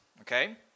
okay